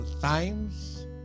times